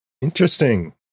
Interesting